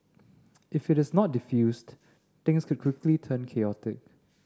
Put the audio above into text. if it is not defused things could quickly turn chaotic